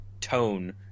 tone